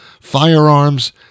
Firearms